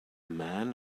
man